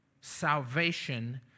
Salvation